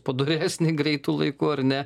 padoresnį greitu laiku ar ne